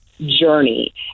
journey